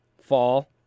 fall